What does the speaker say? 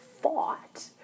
fought